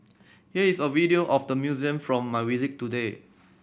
here is a video of the museum from my visit today